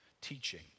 teaching